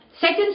second